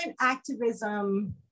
activism